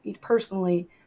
personally